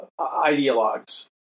ideologues